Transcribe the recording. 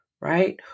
Right